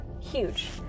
huge